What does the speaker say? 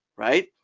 right?